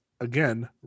Again